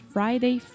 Friday